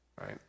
right